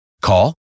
Call